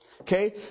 Okay